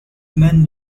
men